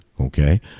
okay